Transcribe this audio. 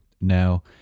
now